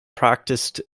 practised